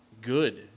good